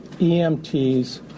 EMTs